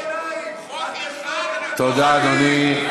בעיניים, תודה, אדוני.